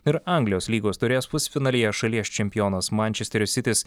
ir anglijos lygos taurės pusfinalyje šalies čempionas mančesterio sitis